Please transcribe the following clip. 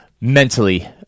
mentally